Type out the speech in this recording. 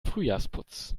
frühjahrsputz